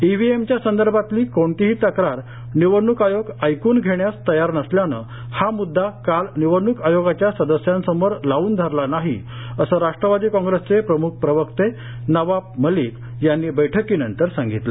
ईव्हीएमच्या संदर्भातली कोणतीही तक्रार निवडणूक आयोग ऐकून घेण्यास तयार नसल्यानं हा मुद्दा काल निवडणूक आयोगाच्या सदस्यांसमोर लावून धरला नाही असं राष्ट्रवादी कॉग्रेसचे प्रमुख प्रवक्ते नवाब मलिक यांनी बैठकीनंतर सांगितलं